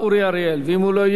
חבר הכנסת יעקב כץ,